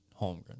Holmgren